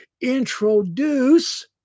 introduce